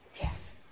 Yes